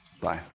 Bye